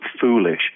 foolish